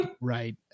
Right